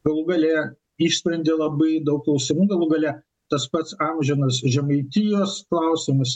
galų gale išsprenė labai daug klausimų galų gale tas pats amžinas žemaitijos klausimas